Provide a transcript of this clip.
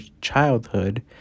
childhood